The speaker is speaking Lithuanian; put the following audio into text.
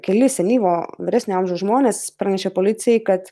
keli senyvo vyresnio amžiaus žmonės pranešė policijai kad